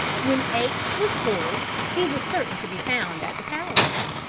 when aix was full he was certain to be found at the palace,